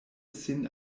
sin